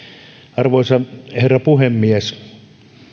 arvoisa herra puhemies